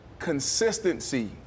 consistency